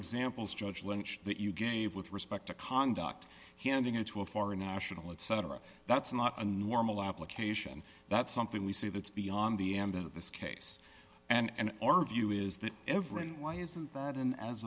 examples judge lynch that you gave with respect to conduct he handing it to a foreign national etc that's not a normal application that's something we see that's beyond the ambit of this case and our view is that everything why isn't that an as